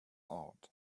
out